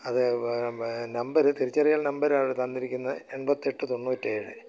അതെ നമ്പർ തിരിച്ചറിയൽ നമ്പർ ആണ് തന്നിരിക്കുന്നത് എൺപത്തെട്ട് തൊണ്ണൂറ്റേഴ്